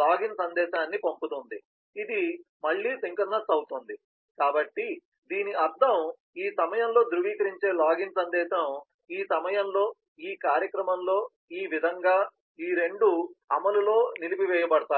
login సందేశాన్ని పంపుతుంది ఇది మళ్ళీ సింక్రోనస్ అవుతుంది కాబట్టి దీని అర్థం ఈ సమయంలో ధృవీకరించే లాగిన్ సందేశం ఈ సమయంలో ఈ కార్యక్రమంలో ఈ విధంగా ఈ రెండూ అమలులో నిలిపివేయబడతాయి